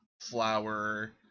flour